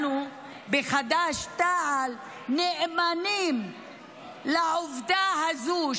אנחנו בחד"ש-תע"ל נאמנים לעובדה הזו,